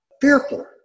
fearful